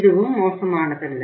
இதுவும் மோசமானதல்ல